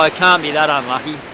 i can't be that ah unlucky